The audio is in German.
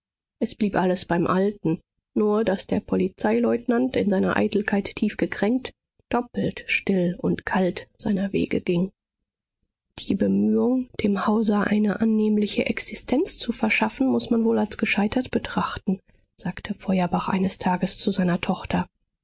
es blieb alles beim alten nur daß der polizeileutnant in seiner eitelkeit tief gekränkt doppelt still und kalt seiner wege ging die bemühung dem hauser eine annehmliche existenz zu verschaffen muß man wohl als gescheitert betrachten sagte feuerbach eines tages zu seiner tochter